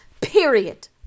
period